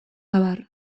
abar